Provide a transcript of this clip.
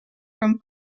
from